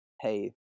Hey